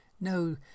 No